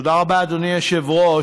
תודה רבה, אדוני היושב-ראש.